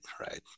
right